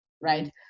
right